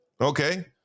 Okay